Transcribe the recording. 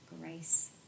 grace